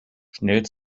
schnell